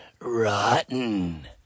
rotten